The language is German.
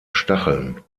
stacheln